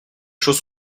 choses